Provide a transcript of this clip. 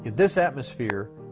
this atmosphere,